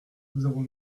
zéro